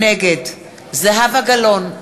נגד זהבה גלאון,